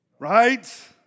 Right